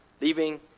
leaving